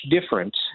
different